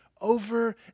over